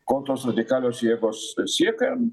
ko tos radikalios jėgos siekia